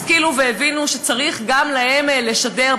השכילו והבינו שצריך גם להם לשדר,